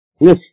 Yes